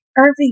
Irving